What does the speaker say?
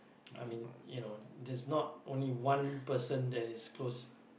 I mean you know there's not only one person who is close